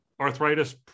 arthritis